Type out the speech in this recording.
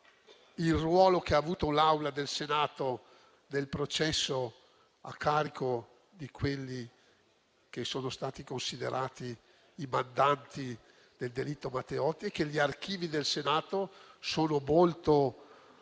il ruolo che ha avuto l'Assemblea del Senato nel processo a carico di quelli che sono stati considerati i mandanti del delitto Matteotti. Gli archivi del Senato sono molto